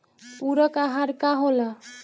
पुरक अहार का होला?